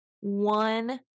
one